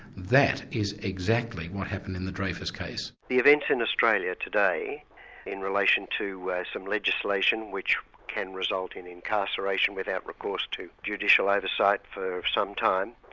that is exactly what happened in the dreyfus case. the events in australia today in relation to some legislation which can result in incarceration without recourse to judicial oversight for some time,